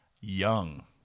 Young